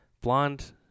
blonde